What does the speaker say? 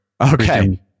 Okay